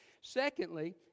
Secondly